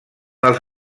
els